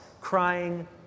crying